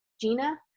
Gina